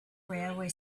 railway